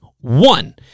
one